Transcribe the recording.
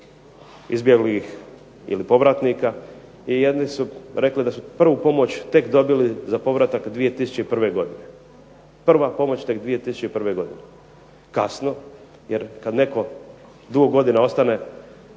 izbjeglih ili povratnika i jedni su rekli da su prvu pomoć tek dobili za povratak 2001. godine. Prva pomoć tek 2001. godine. Kasno, jer kad netko dugo godina ostane